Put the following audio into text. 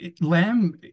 lamb